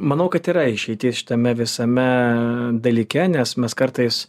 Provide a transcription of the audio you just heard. manau kad yra išeitis šitame visame dalyke nes mes kartais